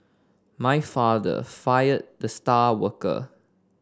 my father fired the star worker